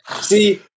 See